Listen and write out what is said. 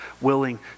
willing